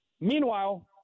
Meanwhile